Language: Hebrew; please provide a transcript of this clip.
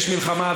יש מלחמה,